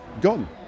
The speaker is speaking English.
Gone